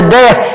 death